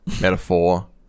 metaphor